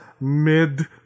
mid